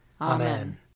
Amen